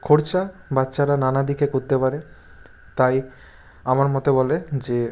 খরচা বাচ্চারা নানা দিকে করতে পারে তাই আমার মতে বলে যে